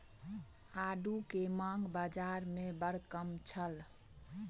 आड़ू के मांग बाज़ार में बड़ कम छल